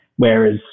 Whereas